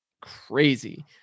crazy